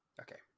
Okay